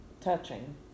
touching